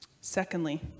Secondly